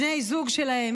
בני זוג שלהן,